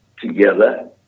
together